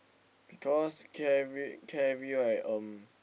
because K_I_V K_I_V right um